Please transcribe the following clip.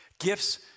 Gifts